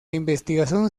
investigación